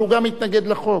אבל הוא גם מתנגד לחוק.